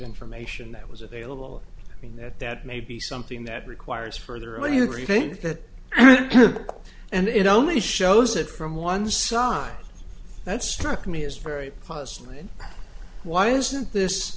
information that was available i mean that that may be something that requires further anywhere you think that and it only shows it from one side that struck me as very puzzling why isn't this